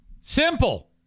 Simple